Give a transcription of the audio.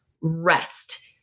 rest